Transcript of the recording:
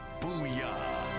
Booyah